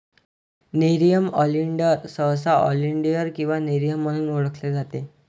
nerium oleander सहसा oleander किंवा nerium म्हणून ओळखले जाते